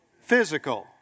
Physical